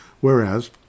Whereas